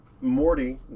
morty